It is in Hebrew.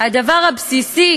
הדבר הבסיסי